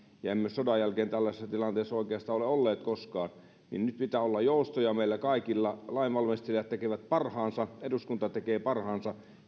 ja emme sodan jälkeen tällaisessa tilanteessa oikeastaan ole olleet koskaan niin nyt pitää olla joustoja meillä kaikilla lainvalmistelijat tekevät parhaansa eduskunta tekee parhaansa